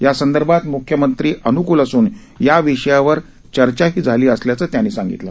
यासंदर्भात म्ख्यमंत्री अन्कूल असून या विषयावर चर्चा ही झाली असल्याचं त्यांनी सांगितलं